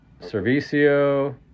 Servicio